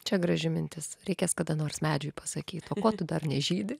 čia graži mintis reikės kada nors medžiui pasakyt ko tu dar nežydi